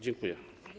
Dziękuję.